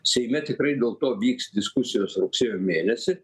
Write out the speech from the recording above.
seime tikrai dėl to vyks diskusijos rugsėjo mėnesį